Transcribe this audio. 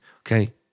okay